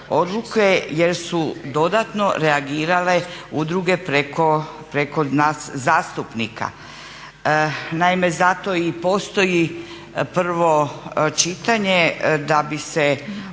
odluke jer su dodatno reagirale udruge preko nas zastupnika. Naime, zato i postoji prvo čitanje da bi se